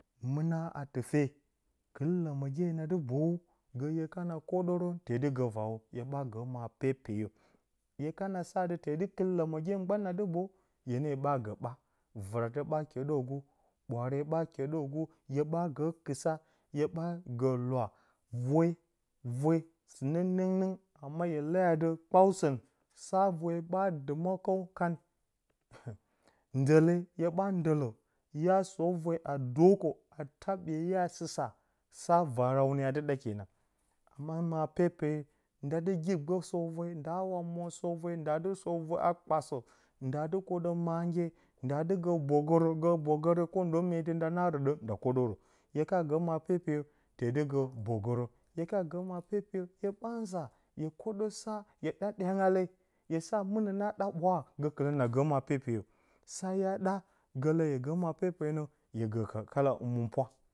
Mɨna a tife, kɨl ləməgye na dɨ boyu gə hye kana kwoɗərə te dɨ gə raawo. Hye ɓa gə ma pepeyo, hye kana sa adɨ te dɨ kɨl ləməgye gban na dɨ boyu, hye ne ɓa, gə ɓa vɨratə ɓa kyeɗəkgu, ɓwaare ɓa kyeɗəkgu hye ɓagə kɨsa, h ye ɓaa gə luwa, vwe vwe sɨ nə nɨngnɨng. amma hye lea adɨ kpəw sən sa vwe, ɓa dɨma kəw kan, ndəle, hye ɓa ndələ, hya sop vwe a dwəəkə, a ta ɓyeye a sɨsa, sa vaaune adɨ ɗa kenan hye ɓa naa maa, a pepeye, nda dɨ gibgə sop vwe, nda dɨ sop vwe a kpaasə nda dɨ kwoɗə, mandye, nda dɨ gə bogorə, kwondə meti nda naa rə dəng nda kwoɗərə. Hye kana gə maa pepeyo te dɨ gə bogə rə, hye kana gə maa pepeyo hye ɓa nzaa, hye kwoɗə sa hye ɗaa ɗyangale, hye sa mɨnə na ɗa ɓwaa gəkɨlə na gə maa pepeyo, sa hya ɗa gəkɨlə hye gə maa pepeyo nə, yo gə ka kaala həmɨnpwa.